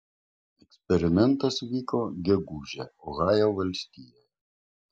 eksperimentas vyko gegužę ohajo valstijoje